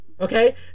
Okay